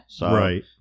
Right